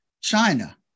China